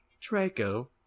Draco